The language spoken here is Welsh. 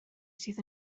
sydd